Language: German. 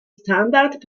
standard